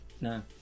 no